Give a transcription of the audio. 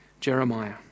Jeremiah